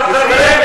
לי,